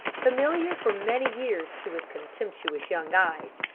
familiar for many years to his contemptuous young eyes,